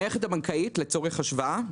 המערכת הבנקאית לצורך השוואה,